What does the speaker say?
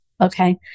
okay